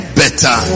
better